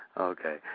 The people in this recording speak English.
Okay